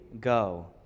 Go